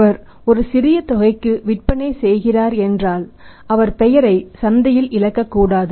அவர் ஒரு சிறிய தொகைக்கு விற்பனை செய்கிறார் என்றால் அவர் பெயரை சந்தையில் இழக்கக்கூடாது